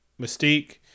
Mystique